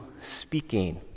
speaking